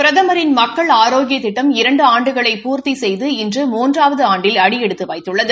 பிரதமின் மக்கள் ஆரோக்கிய திட்டம் இரண்டு ஆண்டுகளை பூர்த்தி செய்து இன்று மூன்றாவது ஆண்டில் அடியெடுத்து வைத்துள்ளது